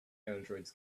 androids